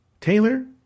Taylor